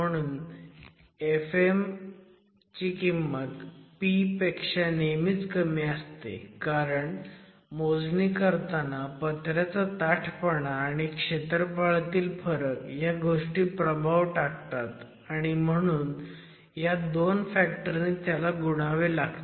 म्हणून fm ची किंमत p पेक्षा नेहमी कमीच असते कारण मोजणी करताना पत्र्याचा ताठपणा आणि क्षेत्रफळातील फरक ह्या गोष्टी प्रभाव टाकतात आणि म्हणून ह्या 2 फॅक्टर नी त्याला गुणावे लागते